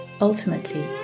Ultimately